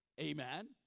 amen